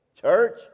Church